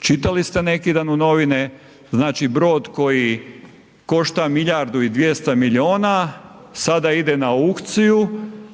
čitali ste nekidan u novine, znači brod koji košta milijardu i 200 milijuna, sada ide na aukciju